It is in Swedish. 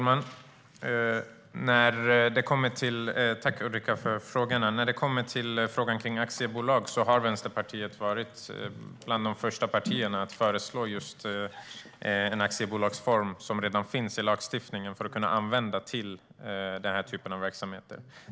Herr talman! Tack, Ulrika, för frågorna! När det gäller frågan om aktiebolag var Vänsterpartiet ett av de första partierna att föreslå att en aktiebolagsform som redan finns i lagstiftningen kan användas för denna typ av verksamheter.